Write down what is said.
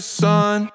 sun